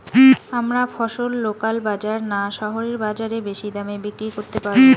আমরা ফসল লোকাল বাজার না শহরের বাজারে বেশি দামে বিক্রি করতে পারবো?